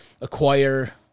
acquire